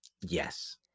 Yes